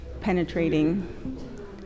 penetrating